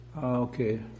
okay